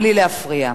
בלי להפריע.